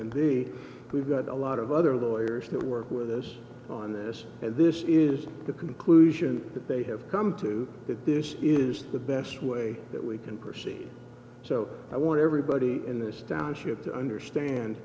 and they we've got a lot of other lawyers that work with us on this and this is the conclusion that they have come to that this is the best way that we can proceed so i want everybody in this township to understand